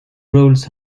roles